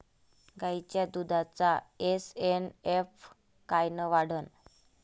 गायीच्या दुधाचा एस.एन.एफ कायनं वाढन?